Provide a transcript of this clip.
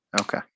Okay